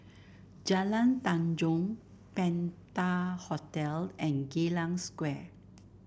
Jalan Tanjong Penta Hotel and Geylang Square